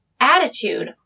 attitude